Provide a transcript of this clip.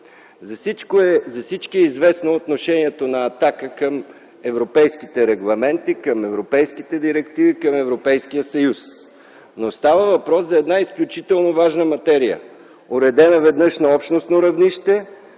На всички е известно отношението на „Атака” към европейските регламенти, към европейските директиви, към Европейския съюз, но става въпрос за една изключително важна материя, уредена веднъж на общностно равнище,